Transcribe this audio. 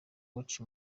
watch